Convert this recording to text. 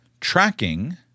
tracking